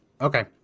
okay